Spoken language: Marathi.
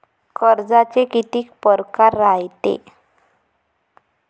कर्जाचे कितीक परकार रायते?